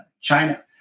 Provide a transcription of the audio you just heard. China